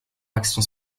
action